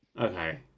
Okay